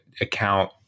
account